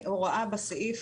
יש הוראה בסעיף